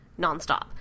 nonstop